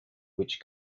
which